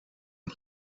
een